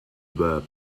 verb